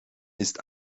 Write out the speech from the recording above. ist